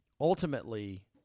Ultimately